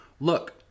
look